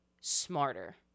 smarter